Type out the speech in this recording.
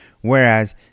whereas